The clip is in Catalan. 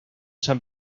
sant